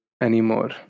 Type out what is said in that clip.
anymore